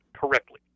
correctly